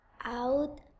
out